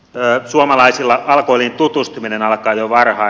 suomalaisilla alkoholiin tutustuminen alkaa jo varhain